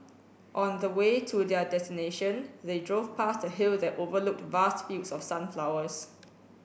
on the way to their destination they drove past the hill that overlooked vast fields of sunflowers